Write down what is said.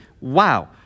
wow